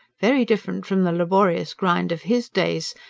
very different from the laborious grind of his days,